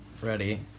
ready